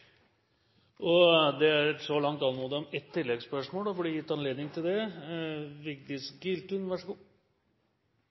Det er så langt anmodet om ett oppfølgingsspørsmål, og det blir gitt anledning til